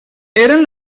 eren